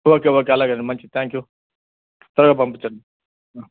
okay okay అలాగే అండి మంచిది థ్యాంక్ యూ త్వరగా పంపించండి